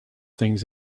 things